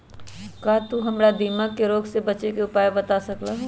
का तू हमरा दीमक के रोग से बचे के उपाय बता सकलु ह?